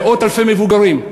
מאות-אלפי מבוגרים,